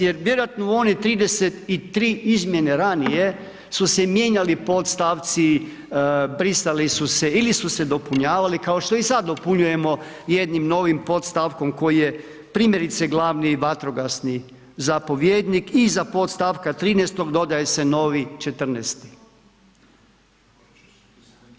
Jer vjerojatno u one 33 izmjene ranije su se mijenjali podstavci, brisali su se ili su se dopunjavali kao što i sad dopunjujemo jednim novim podstavkom koji je primjerice glavni vatrogasni zapovjednik i za pod stavka 13. dodaje se novi 14.-ti.